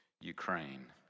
Ukraine